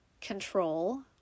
control